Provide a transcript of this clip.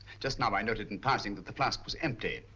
just now i noted in passing that the flask was empty.